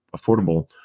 affordable